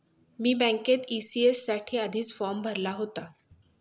मी बँकेत ई.सी.एस साठी आधीच फॉर्म भरला होता